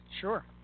sure